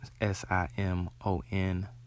S-I-M-O-N